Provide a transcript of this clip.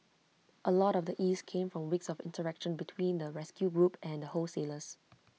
A lot of the ease came from weeks of interaction between the rescue group and the wholesalers